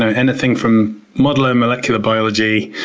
ah anything from modeler molecular biology,